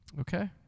Okay